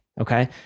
Okay